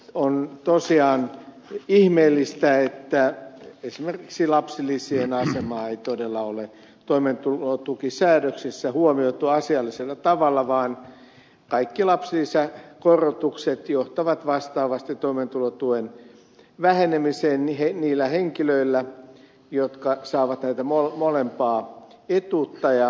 on tosiaan ihmeellistä että esimerkiksi lapsilisien asemaa ei todella ole toimeentulotukisäädöksissä huomioitu asiallisella tavalla vaan kaikki lapsilisäkorotukset johtavat vastaavasti toimeentulotuen vähenemiseenihin niillä henkilöillä jotka saavat emolla molempaa etuutta ja